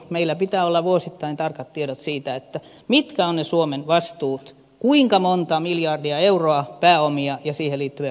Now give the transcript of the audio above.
meillä pitää olla vuosittain tarkat tiedot siitä mitkä ovat ne suomen vastuut kuinka monta miljardia euroa pääomia ja siihen liittyviä korkoja ja kuluja